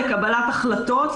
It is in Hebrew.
לקבלת החלטות,